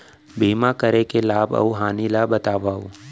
बीमा करे के लाभ अऊ हानि ला बतावव